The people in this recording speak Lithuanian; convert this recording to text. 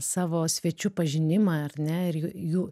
savo svečių pažinimą ar ne jų